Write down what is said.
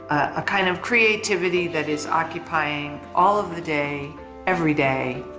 a kind of creativity that is occupying all of the day every day,